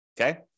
okay